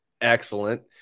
excellent